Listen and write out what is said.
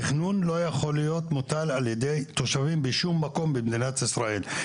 תכנון לא יכול להיות מוטל על ידי תושבים בשום מקום במדינת ישראל,